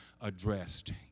addressed